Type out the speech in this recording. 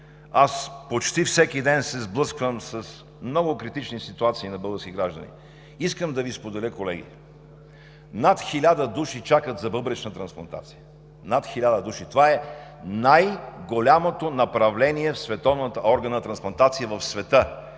Почти всеки ден аз се сблъсквам с много критични ситуации на български граждани. Искам да Ви споделя, колеги, че над хиляда души чакат за бъбречна трансплантация. Над хиляда души! Това е най-голямото направление в световната